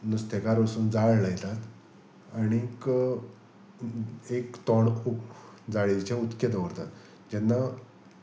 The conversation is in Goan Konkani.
नुस्तेकार वचून जाळ लायतात आनीक एक तोंड जाळेचे उदकें दवरतात जेन्ना